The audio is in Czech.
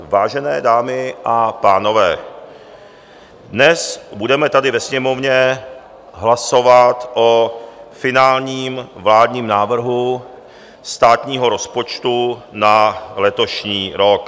Vážené dámy a pánové, dnes budeme tady ve Sněmovně hlasovat o finálním vládním návrhu státního rozpočtu na letošní rok.